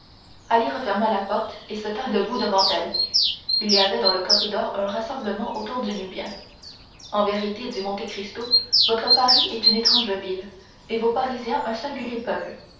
ali referma la porte et se tint debout devant elle il y avait dans le corridor un rassemblement autour du nubien en vérité dit monte cristo votre paris est une étrange ville et vos parisiens un singulier peuple